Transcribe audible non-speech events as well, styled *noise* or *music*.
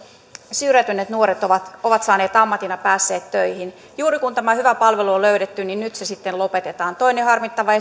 syrjäytyneet nuoret ovat ovat saaneet ammatin ja päässeet töihin juuri kun tämä hyvä palvelu on löydetty nyt se sitten lopetetaan toinen harmittava *unintelligible*